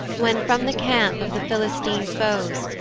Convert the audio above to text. when from the camp of the philistine foes,